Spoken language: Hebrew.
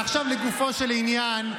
ועכשיו לגופו של עניין.